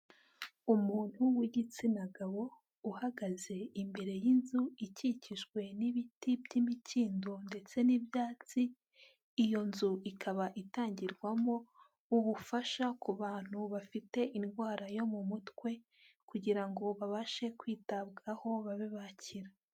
Umuntu w'igitsina gabo uhagaze imbere y'inzu ikikijwe n'ibiti by'imikindo ndetse n'ibyatsi, iyo nzu ikaba itangirwamo ubufasha ku bantu bafite indwara yo mu mutwe kugira ngo babashe kwitabwaho babe bakira.